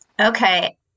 Okay